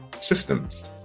systems